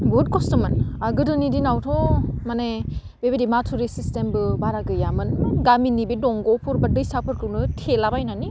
बुहुत खस्थ'मोन गोदोनि दिनावथ' माने बेबायदि माथुरि सिस्टेमबो बारा गैयामोन गामिनि बे दंग'फोर बा दैसाफोरखौनो थेला बायनानै